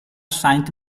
saint